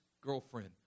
girlfriend